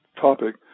topic